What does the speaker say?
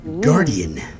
guardian